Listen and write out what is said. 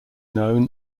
known